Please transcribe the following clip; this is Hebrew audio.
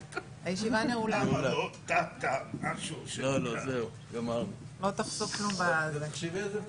הישיבה ננעלה בשעה 11:06.